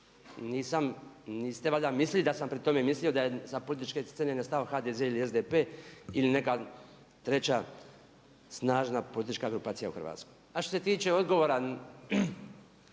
tome, niste valjda mislili da sam pri tome mislio da je sa političke scene nestao HDZ ili SDP ili neka treća snažna politička grupacija u Hrvatskoj. A što se tiče odgovora